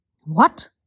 What